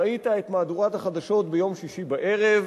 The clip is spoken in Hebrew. ראית את מהדורת החדשות ביום שישי בערב,